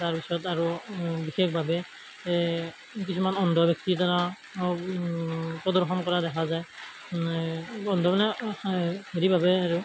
তাৰপিছত আৰু বিশেষভাৱে কিছুমান অন্ধ ব্যক্তিৰ দ্বাৰা প্ৰদৰ্শন কৰা দেখা যায় অন্ধ মানে হেৰিভাৱে আৰু